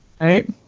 Right